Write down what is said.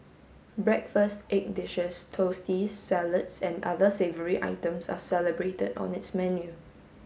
breakfast egg dishes toasties salads and other savoury items are celebrated on its menu